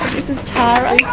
this is tara.